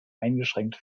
eingeschränkt